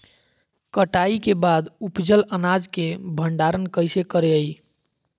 कटाई के बाद उपजल अनाज के भंडारण कइसे करियई?